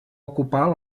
ocupar